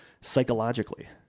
psychologically